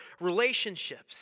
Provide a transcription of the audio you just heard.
relationships